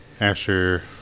Asher